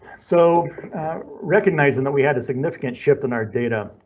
so recognizing that we had a significant shift in our data,